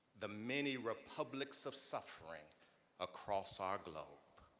the many republics of suffering across our globe.